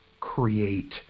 create